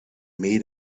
made